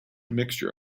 mixture